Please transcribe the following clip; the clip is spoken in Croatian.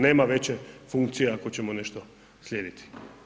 Nema veće funkcije, ako ćemo nešto slijediti.